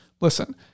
listen